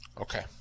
okay